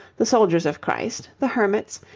the soldiers of christ, the hermits,